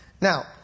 Now